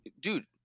Dude